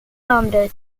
londres